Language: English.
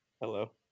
Hello